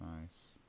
nice